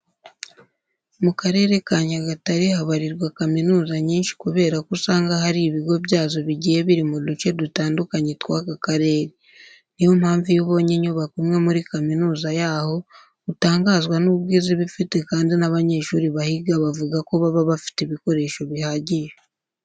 Mu Karere ka Nyagatare habarirwa kaminuza nyinshi kubera ko usanga hari ibigo byazo bigiye biri mu duce dutandukanye tw'aka karere. Ni yo mpamvu iyo ubonye inyubako imwe muri kaminuza yaho, utangazwa n'ubwiza iba ifite kandi n'abanyeshuri bahiga bavuga ko baba bafite ibikoresho bihagije.